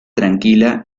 tranquila